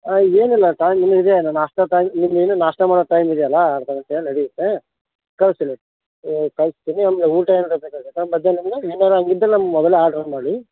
ಏನಿಲ್ಲ ಟೈಮ್ ಇನ್ನೂ ಇದೆ ನಾಷ್ಟ ಟೈಮ್ ನಿಮ್ದು ಇನ್ನೂ ನಾಷ್ಟ ಮಾಡೋ ಟೈಮ್ ಇದೆಯಲ್ಲಾ ಅರ್ಧ ಗಂಟೆ ನಡೆಯುತ್ತೇ ಕಳಿಸ್ತೀನಿ ಕಳಿಸ್ತೀನಿ ಆಮೇಲೆ ಊಟ ಏನಾದ್ರು ಬೇಕಾಗುತ್ತಾ ಮಧ್ಯಾಹ್ನವೇ ಏನಾದ್ರು ಇದ್ದರೆ ನಮ್ಗೆ ಮೊದಲೇ ಆರ್ಡರ್ ಮಾಡಿ